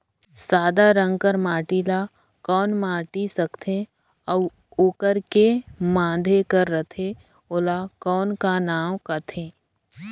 सादा रंग कर माटी ला कौन माटी सकथे अउ ओकर के माधे कर रथे ओला कौन का नाव काथे?